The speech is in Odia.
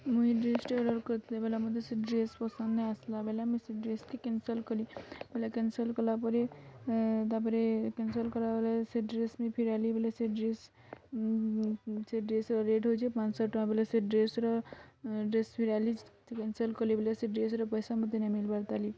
ମୁଇଁ ଡ୍ରେସ୍ଟା ଅର୍ଡ଼ର୍ କରିଥିଲି ପଲା ମୋତେ ସେ ଡ୍ରେସ୍ ପସନ୍ଦ ନାଇଁ ଆସିଲା ବେଲେ ମୁଇଁ ସେ ଡ୍ରେସ୍ କ୍ୟାନ୍ସଲ୍ କଲି ବୋଲେ କ୍ୟାନ୍ସଲ୍ କଲା ପରେ ତାପରେ କ୍ୟାନ୍ସଲ୍ କଲା ପରେ ସେ ଡ୍ରେସ୍ ବି ଫେରାଲି ବେଲେ ସେ ଡ୍ରେସ୍ ସେ ଡ୍ରେସ୍ର ରେଟ୍ ହଉଛି ପାଞ୍ଚ ଶହ ଟଙ୍କା ବେଲେ ସେ ଡ୍ରେସ୍ର ଡ୍ରେସ୍ ଫେରାଲି ତ କ୍ୟାନ୍ସଲ୍ କଲି ବୋଲେ ସେ ଡ୍ରେସ୍ର ପଇସା ମୋତେ ନାଇଁ ମିଲବାର୍ ତାଲି